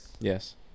Yes